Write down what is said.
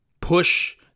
push